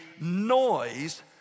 noise